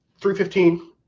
315